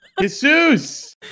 Jesus